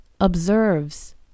observes